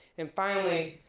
and finally,